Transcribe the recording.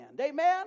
Amen